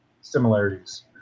similarities